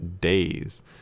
Days